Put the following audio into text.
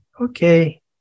Okay